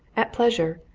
at pleasure,